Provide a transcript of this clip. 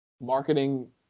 marketing